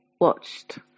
watched